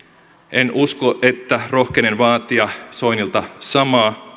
en usko että rohkenen vaatia soinilta samaa